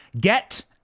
get